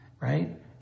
right